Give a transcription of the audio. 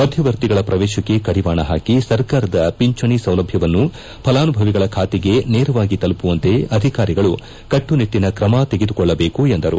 ಮಧ್ಯವರ್ತಿಗಳ ಪ್ರವೇಶಕ್ಕೆ ಕಡಿವಾಣ ಹಾಕಿ ಸರ್ಕಾರದ ಪಿಂಚಣಿ ಸೌಲಭ್ಯವನ್ನು ಫಲಾನುಭವಿಗಳ ಖಾತೆಗೆ ನೇರವಾಗಿ ತಲುಪುವಂತೆ ಅಧಿಕಾರಿಗಳು ಕಟ್ಟನಿಟ್ಟನ ಕ್ರಮ ತೆಗೆದುಕೊಳ್ಳಬೇಕು ಎಂದರು